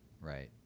Right